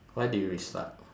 why they restart